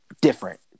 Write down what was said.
different